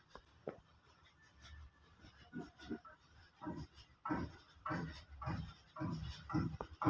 UPI ನ ಮುಖಾಂತರ ಹಣ ವರ್ಗಾವಣೆ ಮಾಡಬೇಕಾದರೆ ಮೊದಲೇ ಎಲ್ಲಿಯಾದರೂ ರಿಜಿಸ್ಟರ್ ಮಾಡಿಕೊಳ್ಳಬೇಕಾ?